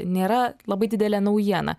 nėra labai didelė naujiena